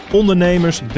ondernemers